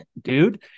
dude